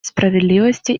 справедливости